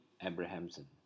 Abrahamson